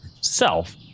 self